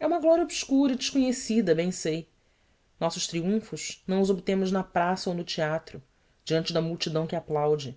é uma glória obscura e desconhecida bem sei nossos triunfos não os obtemos na praça ou no teatro diante da multidão que aplaude